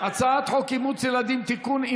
הצעת חוק אימוץ ילדים (תיקון,